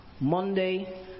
Monday